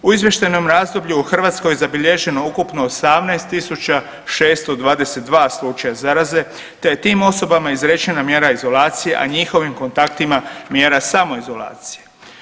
U izvještajnom razdoblju u Hrvatskoj je zabilježeno ukupno 18.622 slučaja zaraze te je tim osobama izrečena mjera izolacije, a njihovim kontaktima mjera samoizolacije.